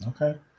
Okay